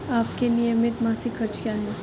आपके नियमित मासिक खर्च क्या हैं?